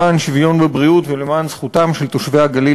למען שוויון בבריאות ולמען זכותם של תושבי הגליל